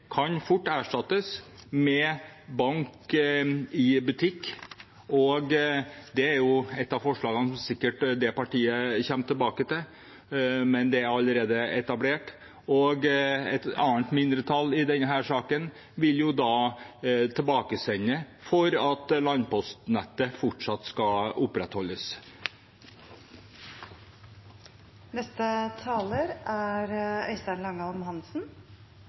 kan fort erstattes med bank i butikk. Det er forslag om det fra Arbeiderpartiet, som de sikkert kommer tilbake til, men det er allerede etablert. Et annet mindretall i denne saken vil sende forslaget tilbake og ønsker at landpostnettet fortsatt skal opprettholdes. Det er